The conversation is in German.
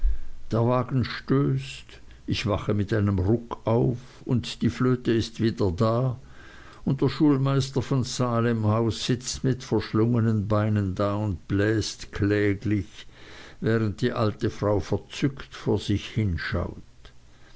der wagen stößt ich wache mit einem ruck auf und die flöte ist wieder da und der schulmeister von salemhaus sitzt mit verschlungnen beinen da und bläst kläglich während die alte frau verzückt vor sich hinschaut